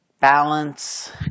balance